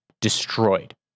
destroyed